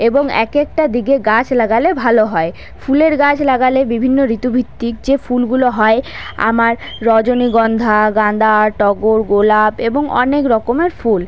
এবং এক একটা দিকে গাছ লাগালে ভালো হয় ফুলের গাছ লাগালে বিভিন্ন ঋতুভিত্তিক যে ফুলগুলো হয় আমার রজনীগন্ধা গাঁদা টগর গোলাপ এবং অনেক রকমের ফুল